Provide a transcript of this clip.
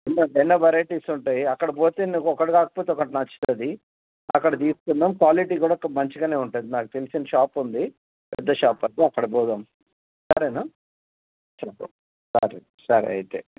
ఎన్నో ఎన్నో వెరైటీస్ ఉంటాయి అక్కడ పోతే నీకు ఒకటి కాకపోతే ఒకటి నచ్చుతుంది అక్కడ తీసుకుందాం క్వాలిటీ కూడా ఒక మంచిగానే ఉంటుంది నాకు తెలిసిన షాప్ ఉంది పెద్ద షాప్ అది అక్కడకి పోదాం సరేనా సరే సరే సరే అయితే